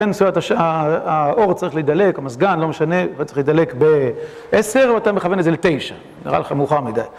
כן, האור צריך להידלק, המזגן, לא משנה, הוא היה צריך להידלק ב-10, ואתה מכוון את זה ל-9, נראה לך מאוחר מדי.